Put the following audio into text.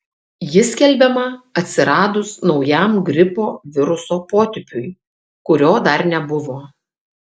ji skelbiama atsiradus naujam gripo viruso potipiui kurio dar nebuvo